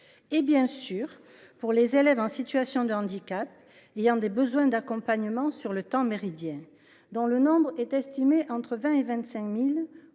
et bien sûr, les élèves en situation de handicap ayant des besoins d’accompagnement sur le temps méridien, dont le nombre est estimé entre 20 000 et 25 000,